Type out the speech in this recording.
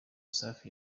safi